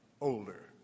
older